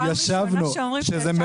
פעם ראשונה שאומרים שישבנו ביחד.